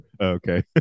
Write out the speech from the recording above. Okay